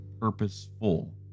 purposeful